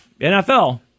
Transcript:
NFL